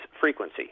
frequency